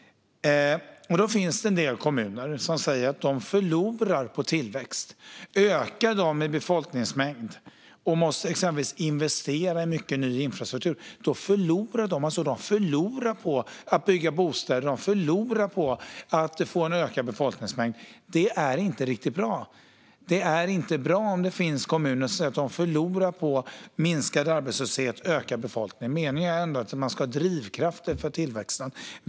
Det finns en del kommuner som säger att de förlorar på tillväxt. Om de ökar i befolkningsmängd och måste investera i mycket ny infrastruktur blir det en förlust. De förlorar på att bygga bostäder, och de förlorar på en ökad befolkningsmängd. Det är inte riktigt bra. Det är inte bra om det finns kommuner som säger att de förlorar på minskad arbetslöshet och ökad befolkning. Meningen är ändå att det ska finnas drivkrafter för tillväxten.